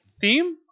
theme